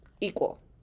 Equal